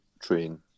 train